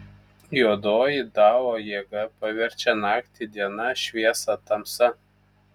juodoji dao jėga paverčia naktį diena šviesą tamsa